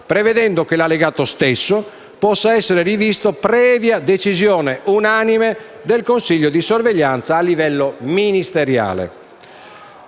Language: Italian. prevedendo che l'Allegato stesso possa essere rivisto previa decisione unanime del Consiglio di sorveglianza a livello ministeriale.